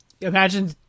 imagine